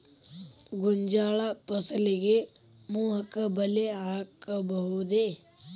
ಗೋಂಜಾಳ ಫಸಲಿಗೆ ಮೋಹಕ ಬಲೆ ಹಾಕಬಹುದೇ?